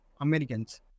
Americans